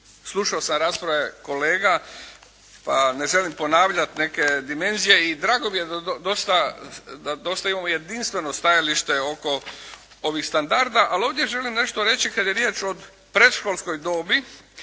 slušao sam rasprave kolega pa ne želim ponavljati neke dimenzije i drago mi je da dosta imamo jedinstveno stajalište oko ovih standarda. Ali ovdje želim nešto reći kada je riječ o predškolskoj dobi